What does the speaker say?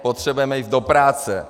Potřebujeme jít do práce.